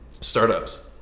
startups